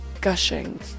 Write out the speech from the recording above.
gushing